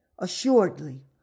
Assuredly